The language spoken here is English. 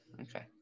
Okay